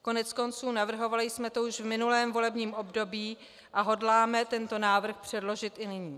Koneckonců navrhovali jsme to už to v minulém volebním období a hodláme tento návrh předložit i nyní.